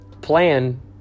plan